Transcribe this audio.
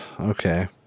okay